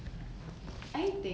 world war three